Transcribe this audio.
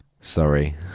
Sorry